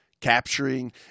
Capturing